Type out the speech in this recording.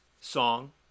song